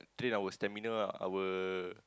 train our stamina our